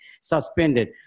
suspended